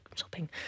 shopping